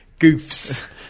Goofs